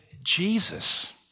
Jesus